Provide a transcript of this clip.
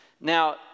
Now